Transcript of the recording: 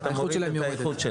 אתה מוריד את האיכות שלהם.